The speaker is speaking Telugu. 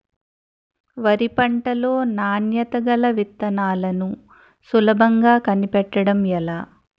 వరి పంట లో నాణ్యత గల విత్తనాలను సులభంగా కనిపెట్టడం ఎలా?